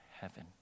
heaven